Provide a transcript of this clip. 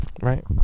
right